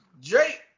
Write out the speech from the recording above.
Drake